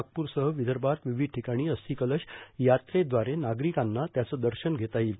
नागपूरसह विदर्भात विविध टिकाणी अस्थिकलश यात्रेद्वारे नागरिकांना त्याचं दर्शन घेता येईल